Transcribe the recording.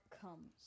comes